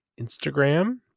Instagram